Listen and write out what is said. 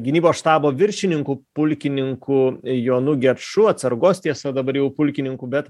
gynybos štabo viršininku pulkininku jonu geču atsargos tiesa dabar jau pulkininku bet